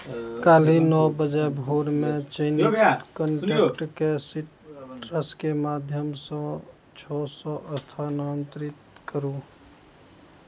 काल्हि नओ बजे भोरमे चयनित कॉन्टैक्टके सीट्रसके माध्यमसँ छओ सओ स्थानान्तरित करू